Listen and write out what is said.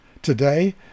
Today